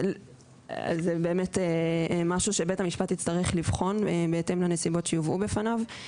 זה באמת משהו שבית המשפט יצטרך לבחון בהתאם לנסיבות שיובאו בפניו.